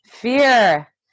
Fear